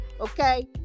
Okay